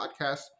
podcast